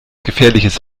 gefährliches